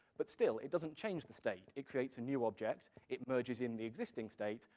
but still, it doesn't change the state. it creates a new object, it merges in the existing state,